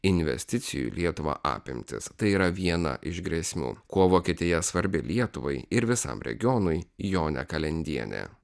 investicijų į lietuvą apimtis tai yra viena iš grėsmių kuo vokietija svarbi lietuvai ir visam regionui jonė kalendienė